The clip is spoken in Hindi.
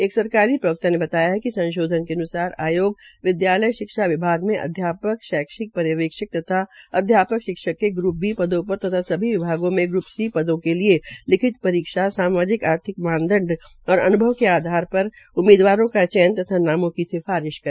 एक सरकारी प्रवकता ने बताया कि संशोधन के अन्सर आयोग विद्यालय शिक्षा विभाग में अध्यापक शैक्षिक पर्यवेक्षक तथा सत्यावक शिक्षक के ग्रूप बी पदों पर तथा सभी विभागों में ग्रूप सी पदों के लिये लिखित परीक्षा सामाजिक आर्थिक मानदंड और अन्भव के आधार पर उम्मीदवारों का चयन तथा नामों की सिफारिश करेग